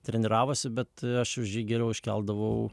treniravosi bet aš už jį geriau iškeldavau